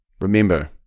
Remember